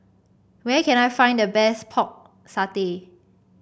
where can I find the best Pork Satay